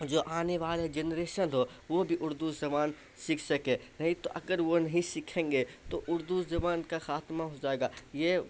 جو آنے والا جنریشن ہو وہ بھی اردو زبان سیکھ سکے نہیں تو اگر وہ نہیں سیکھیں گے تو اردو زبان کا خاتمہ ہو جائے گا یہ